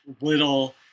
little